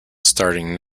starting